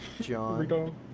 John